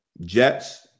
Jets